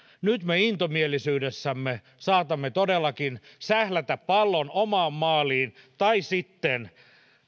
nyt me intomielisyydessämme saatamme todellakin sählätä pallon omaan maaliin tai sitten